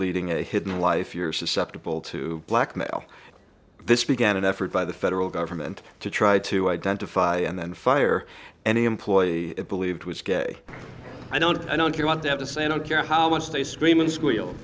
leading a hidden life you're susceptible to blackmail this began an effort by the federal government to try to identify and fire any employee it believed was i don't know if you want them to say i don't care how much they scream and squeal